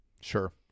Sure